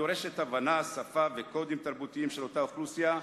הדורש הבנת שפה וקודים תרבותיים של אותה אוכלוסייה,